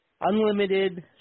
unlimited